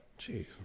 Jeez